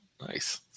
nice